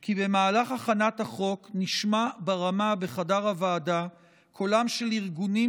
כי במהלך הכנת החוק נשמע ברמה בחדר הוועדה קולם של ארגונים,